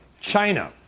China